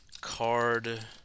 card